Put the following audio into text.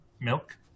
milk